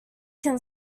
can